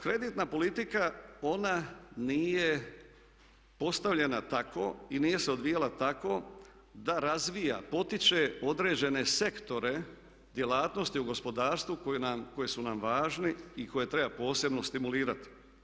Kreditna politika ona nije postavljena tako i nije se odvijala tako da razvija, potiče određene sektore djelatnosti u gospodarstvu koji su nam važni i koje treba posebno stimulirati.